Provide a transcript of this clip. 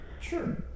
Sure